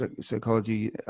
psychology